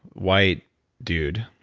white dude,